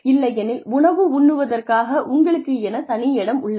இல்லையெனில் உணவு உண்ணுவதற்காக உங்களுக்கென தனி இடம் உள்ளது